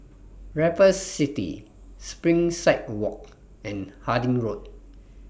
Raffles City Springside Walk and Harding Road